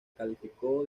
calificó